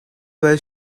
where